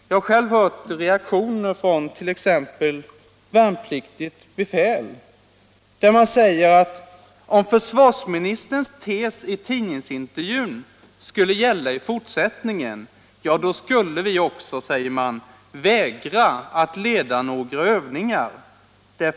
Jag har själv hört reaktioner från t.ex. värnpliktigt befäl som säger: Om försvarsministerns tes i tidningsintervjun skulle gälla i fortsättningen, ja, då skulle vi också vägra att leda några övningar.